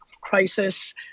crisis